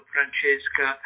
Francesca